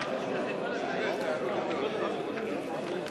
חוק הפטנטים (תיקון מס'